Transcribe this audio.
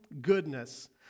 goodness